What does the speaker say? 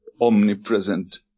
omnipresent